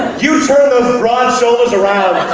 you turn those broad shoulders around